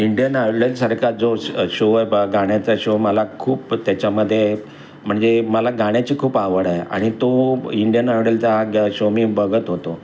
Indian आयडलसारखा जो show आहे बा गाण्याचा शो मला खूप त्याच्यामध्ये म्हणजे मला गाण्याची खूप आवड आहे आणि तो इंडियन आयडलचा हा ग शो मी बघत होतो